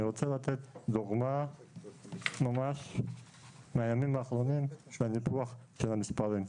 אני רוצה לתת דוגמה ממש מהימים האחרונים של הניפוח של המספרים.